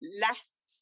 less